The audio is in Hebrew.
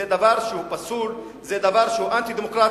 זה דבר פסול, דבר שהוא אנטי-דמוקרטי.